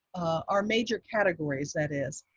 our major categories, that is,